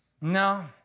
no